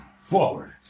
Forward